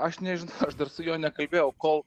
aš nežinau aš dar su juo nekalbėjau kol